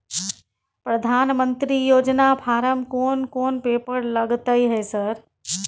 प्रधानमंत्री योजना फारम कोन कोन पेपर लगतै है सर?